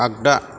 आग्दा